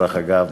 דרך אגב,